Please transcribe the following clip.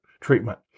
treatment